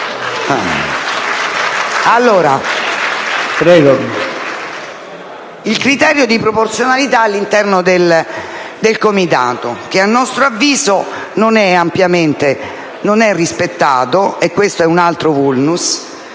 del criterio di proporzionalità all'interno del Comitato, che, a nostro avviso, non è rispettato. Questo è un altro *vulnus*,